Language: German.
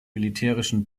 militärischen